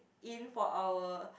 in for our